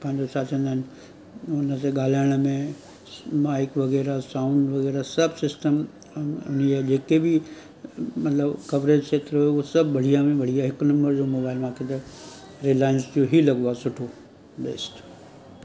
पंहिंजो छा चवंदा आहिनि हुनखे ॻाल्हाइण में माइक वग़ैरह साऊंड वग़ैरह सभु सिस्टम इअं जेके बि मतलब कवरेज खेत्रु उहो सभु बढ़िया में बढ़िया हिकु नंबर जो मोबाइल मांखे त रिलाइंस जो ई लॻो आहे सुठो बेस्ट